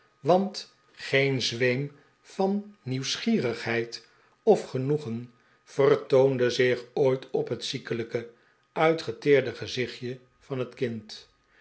want geen zweem van nieuwsgierigheid of genoegen vertoonde zich ooit op het ziekelijke uitgeteerde gezichtje van het kind